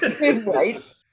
Right